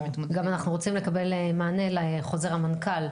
גם אנחנו רוצים לקבל מענה לחוזר המנכ"ל.